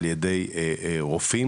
על ידי רופאים,